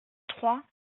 trois